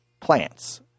plants